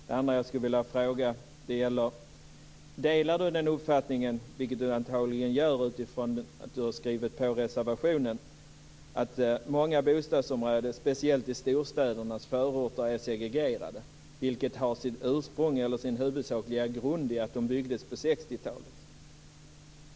Delar Ulla-Britt Hagström uppfattningen, vilket hon antagligen gör eftersom hon har skrivit under reservationen, att många bostadsområden, speciellt i storstädernas förorter, är segregerade och att det har sitt ursprung, sin huvudsakliga grund, i att de byggdes på 60-talet?